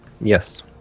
Yes